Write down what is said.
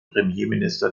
premierminister